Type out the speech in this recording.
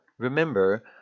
Remember